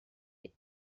est